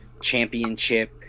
championship